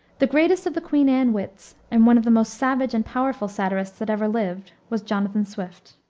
the greatest of the queen anne wits, and one of the most savage and powerful satirists that ever lived, was jonathan swift.